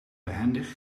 behendig